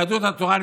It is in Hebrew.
יהדות התורה,